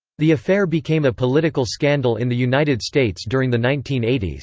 the affair became a political scandal in the united states during the nineteen eighty s.